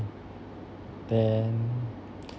then